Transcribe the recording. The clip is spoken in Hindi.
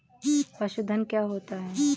पशुधन क्या होता है?